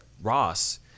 Ross